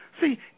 See